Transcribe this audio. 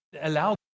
Allow